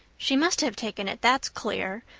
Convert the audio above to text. she must have taken it, that's clear,